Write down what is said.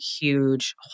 huge